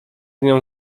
nią